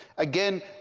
again,